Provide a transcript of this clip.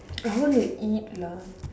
I want to eat lah